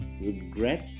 regret